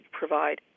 provide